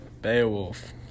Beowulf